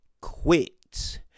quit